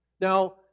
Now